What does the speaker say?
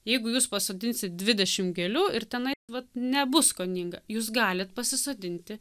jeigu jūs pasodinsit dvidešim gėlių ir tenai vat nebus skoninga jūs galit pasisodinti